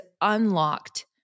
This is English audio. unlocked